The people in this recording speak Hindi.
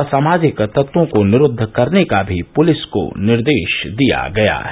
असामाजिक तत्वों को निरूद्ध करने का भी पुलिस को निर्देश दिया गया है